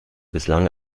bislang